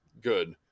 good